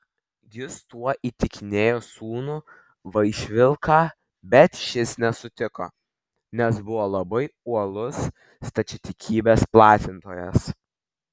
jis tuo įtikinėjo sūnų vaišvilką bet šis nesutiko nes buvo labai uolus stačiatikybės platintojas